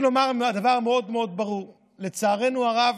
לומר דבר מאוד מאוד ברור: לצערנו הרב,